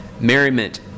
merriment